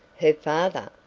her father?